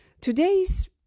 Today's